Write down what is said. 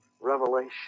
revelation